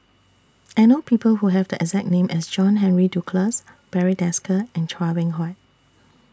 I know People Who Have The exact name as John Henry Duclos Barry Desker and Chua Beng Huat